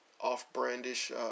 off-brandish